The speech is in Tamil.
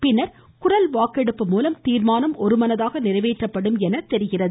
பின்னர் குரல் வாக்கெடுப்பு மூலம் தீர்மானம் ஒருமனதாக நிறைவேற்றப்படும் என தெரிகிறது